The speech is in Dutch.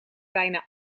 bijna